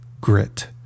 grit